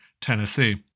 Tennessee